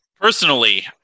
Personally